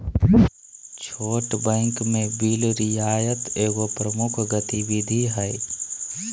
छोट बैंक में बिल रियायत एगो प्रमुख गतिविधि हइ